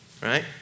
right